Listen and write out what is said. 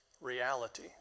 reality